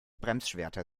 bremsschwerter